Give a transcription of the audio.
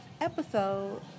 episode